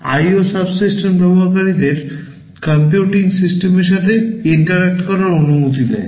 IO subsystem ব্যবহারকারীদের computing সিস্টেমের সাথে পারস্পরিক ক্রিয়া করার অনুমতি দেয়